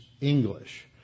english